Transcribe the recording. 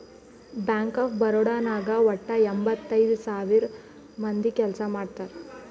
bank of Baroda ನಾಗ್ ವಟ್ಟ ಎಂಭತ್ತೈದ್ ಸಾವಿರ ಮಂದಿ ಕೆಲ್ಸಾ ಮಾಡ್ತಾರ್